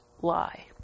lie